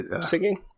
singing